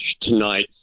tonight